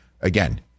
Again